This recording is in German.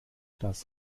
das